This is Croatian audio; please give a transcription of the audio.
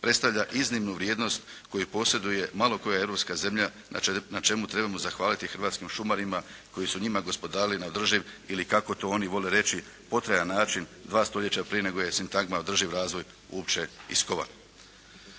predstavlja iznimnu vrijednost koju posjeduje malo koja europska zemlja na čemu trebamo zahvaliti hrvatskim šumarima koji su njima gospodarili na održiv ili kako to oni vole reći potrajan način dva stoljeća prije nego je sintagma održiv razvoj uopće iskovana.